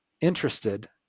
interested